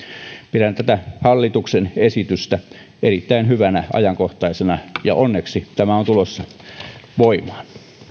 pidän tätä hallituksen esitystä erittäin hyvänä ja ajankohtaisena ja onneksi tämä on tulossa voimaan